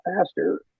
faster